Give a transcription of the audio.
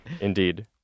indeed